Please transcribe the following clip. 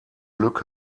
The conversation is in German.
glück